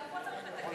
אז גם פה צריך לתקן.